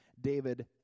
David